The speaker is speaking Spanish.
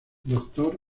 doctor